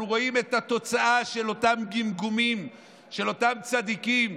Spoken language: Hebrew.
אנחנו רואים את התוצאה של אותם גמגומים של אותם צדיקים